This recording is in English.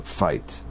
fight